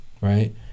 right